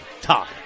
top